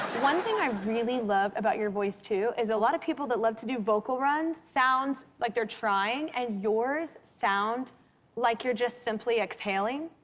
one thing i really love about your voice, too, is a lot of people that love to do vocal runs sound like they're trying, and yours sound like you're just simply exhaling.